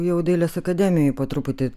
jau dailės akademijoj po truputį